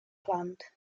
planned